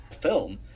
film